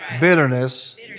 bitterness